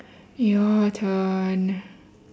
your turn